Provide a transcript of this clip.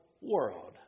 world